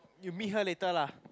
you meet her later lah